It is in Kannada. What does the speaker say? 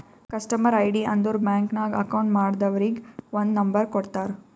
ಕಸ್ಟಮರ್ ಐ.ಡಿ ಅಂದುರ್ ಬ್ಯಾಂಕ್ ನಾಗ್ ಅಕೌಂಟ್ ಮಾಡ್ದವರಿಗ್ ಒಂದ್ ನಂಬರ್ ಕೊಡ್ತಾರ್